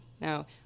now